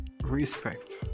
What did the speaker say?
respect